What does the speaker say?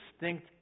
distinct